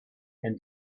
and